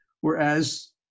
whereas